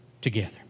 together